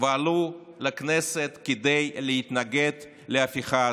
ועלו לכנסת כדי להתנגד להפיכה הזאת.